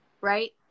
right